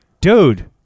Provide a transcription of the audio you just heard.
dude